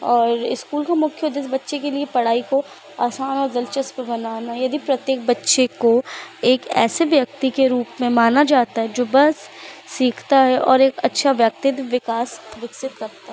और इस्कूल का मुख्य उद्देश्य बच्चे के लिए पढ़ाई को आसान और दिलचस्प बनाना यदि प्रत्येक बच्चे को एक ऐसे व्यक्ति के रूप में माना जाता है जो बस सीखता है और एक अच्छा व्यक्तित्व विकास विकसित करता